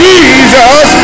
Jesus